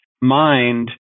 mind